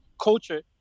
culture